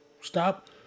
Stop